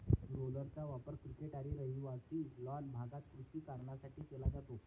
रोलर्सचा वापर क्रिकेट आणि रहिवासी लॉन भागात कृषी कारणांसाठी केला जातो